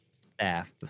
staff